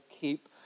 keep